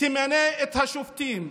תמנה את השופטים.